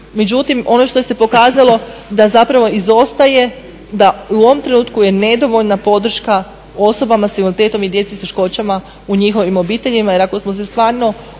Međutim ono što se pokazalo da izostaje da u ovom trenutku je nedovoljna podrška osobama s invaliditetom i djeci sa teškoćama u njihovim obiteljima jer ako smo se stvarno odlučili